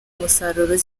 umusaruro